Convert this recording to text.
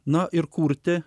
na ir kurti